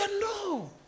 no